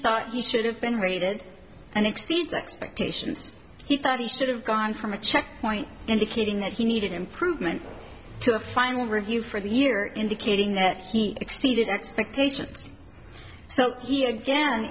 thought he should have been rated and exceeds expectations he thought he should have gone from a check point indicating that he needed improvement to a final review for the year indicating that he extended expectations so he again